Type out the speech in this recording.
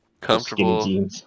comfortable